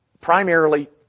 Primarily